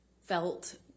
felt